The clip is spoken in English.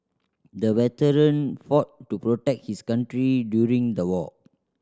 the veteran fought to protect his country during the war